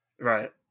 right